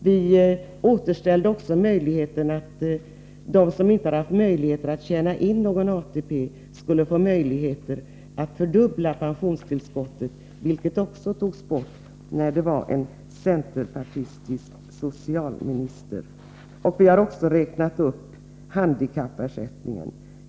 Vi återställde också möjligheten för dem som inte har kunnat tjäna in ATP att fördubbla pensionstillskottet, vilken också togs bort när det var en centerpartistisk socialminister. Vi har också räknat upp handikappersättningen.